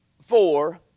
Four